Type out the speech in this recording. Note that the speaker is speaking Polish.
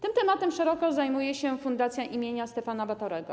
Tym tematem szeroko zajmuje się Fundacja im. Stefana Batorego.